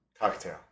cocktail